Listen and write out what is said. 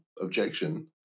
objection